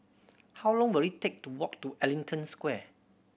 how long will it take to walk to Ellington Square